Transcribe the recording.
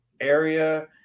area